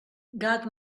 gat